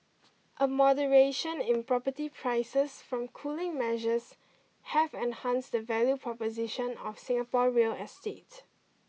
a moderation in property prices from cooling measures have enhanced the value proposition of Singapore real estate